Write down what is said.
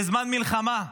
בזמן מלחמה.